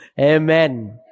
Amen